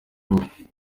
wowe